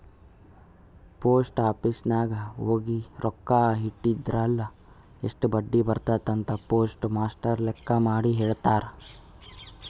post office ನಾಗ್ ಹೋಗಿ ರೊಕ್ಕಾ ಇಟ್ಟಿದಿರ್ಮ್ಯಾಲ್ ಎಸ್ಟ್ ಬಡ್ಡಿ ಬರ್ತುದ್ ಅಂತ್ ಪೋಸ್ಟ್ ಮಾಸ್ಟರ್ ಲೆಕ್ಕ ಮಾಡಿ ಹೆಳ್ಯಾರ್